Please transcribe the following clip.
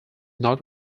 not